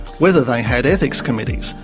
whether they had ethics committees,